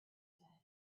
said